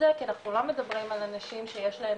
כי אנחנו לא מדברים על אנשים שיש להם